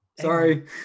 sorry